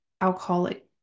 alcoholic